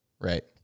Right